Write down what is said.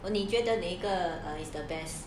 你觉得哪个 is the best